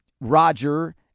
Roger